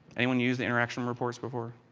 anyone used the interaction reports before?